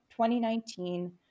2019